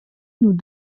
nous